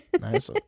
Nice